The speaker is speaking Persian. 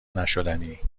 نشدنی